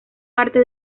parte